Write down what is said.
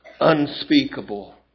unspeakable